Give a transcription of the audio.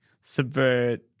subvert